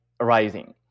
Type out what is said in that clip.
arising